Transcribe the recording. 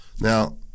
Now